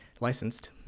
licensed